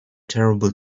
terrible